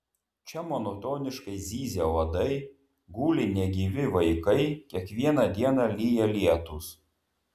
čia monotoniškai zyzia uodai guli negyvi vaikai kiekvieną dieną lyja lietūs